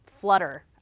flutter